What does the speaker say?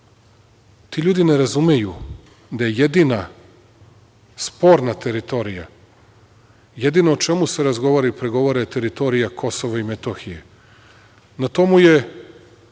je. Ti ljudi ne razumeju da je jedina sporna teritorija, jedino o čemu se razgovara i pregovara je teritorija Kosova i Metohija. Na to mu je